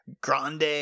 grande